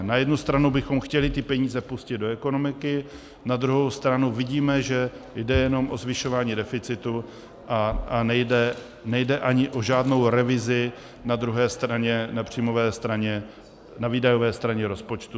Na jednu stranu bychom chtěli peníze pustit do ekonomiky, na druhou stranu vidíme, že jde jenom o zvyšování deficitu a nejde ani o žádnou revizi na druhé straně na příjmové straně, na výdajové straně rozpočtu.